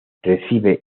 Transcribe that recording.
recibe